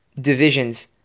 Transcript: divisions